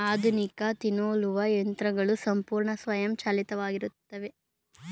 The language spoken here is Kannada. ಆಧುನಿಕ ತ್ತಿ ನೂಲುವ ಯಂತ್ರಗಳು ಸಂಪೂರ್ಣ ಸ್ವಯಂಚಾಲಿತವಾಗಿತ್ತವೆ